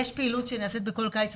יש פעילות שנעשית בכל קיץ,